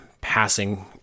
passing